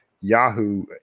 Yahoo